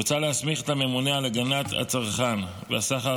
מוצע להסמיך את הממונה על הגנת הצרכן והסחר